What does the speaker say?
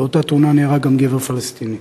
באותה תאונה נהרג גם גבר פלסטיני,